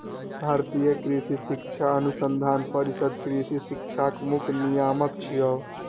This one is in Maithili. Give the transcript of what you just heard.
भारतीय कृषि शिक्षा अनुसंधान परिषद कृषि शिक्षाक मुख्य नियामक छियै